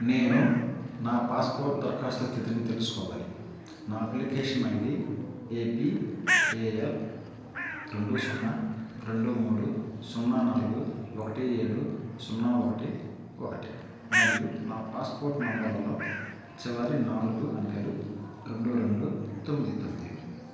నేను నా పాస్పోర్ట్ దరఖాస్తు స్థితిని తెలుసుకోవాలి నా application ID AP A L రెండు సున్నా రెండు మూడు సున్నా నాలుగు ఒకటి ఏడు సున్నా ఒకటి ఒకటి మరియు నా పాస్పోర్ట్ నంబర్లలో చివరి నాలుగు అంకెలు రెండు రెండు తొమ్మిది తొమ్మిది